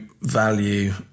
value